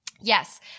Yes